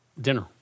dinner